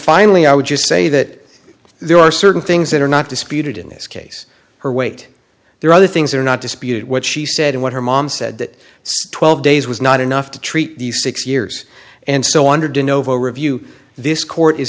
finally i would just say that there are certain things that are not disputed in this case her weight there are other things are not disputed what she said and what her mom said that twelve days was not enough to treat these six years and so under do novo review this court is